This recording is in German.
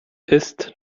ist